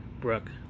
Brooke